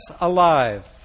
alive